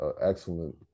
excellent